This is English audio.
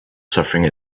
suffering